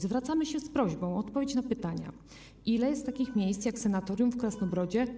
Zwracamy się z prośbą o odpowiedź na pytanie: Ile jest w Polsce takich miejsc jak sanatorium w Krasnobrodzie?